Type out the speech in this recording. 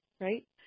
right